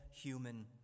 human